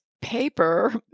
paper